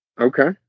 Okay